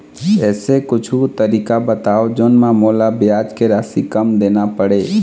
ऐसे कुछू तरीका बताव जोन म मोला ब्याज के राशि कम देना पड़े?